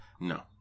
No